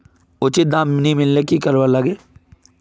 उचित दाम नि मिलले की करवार लगे?